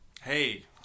Hey